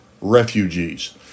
refugees